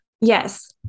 yes